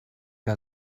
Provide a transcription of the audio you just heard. que